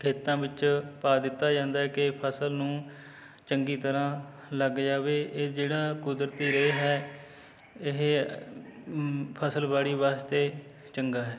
ਖੇਤਾਂ ਵਿੱਚ ਪਾ ਦਿੱਤਾ ਜਾਂਦਾ ਹੈ ਕਿ ਫਸਲ ਨੂੰ ਚੰਗੀ ਤਰ੍ਹਾਂ ਲੱਗ ਜਾਵੇ ਇਹ ਜਿਹੜਾ ਕੁਦਰਤੀ ਰੇਹ ਹੈ ਇਹ ਫਸਲਬਾੜੀ ਵਾਸਤੇ ਚੰਗਾ ਹੈ